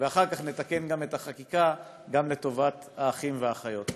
ואחר כך נתקן את החקיקה גם לטובת האחים והאחיות.